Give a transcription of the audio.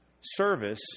service